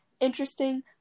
interesting